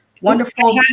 wonderful